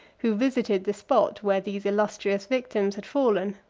who visited the spot where these illustrious victims had fallen.